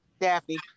daffy